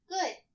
Good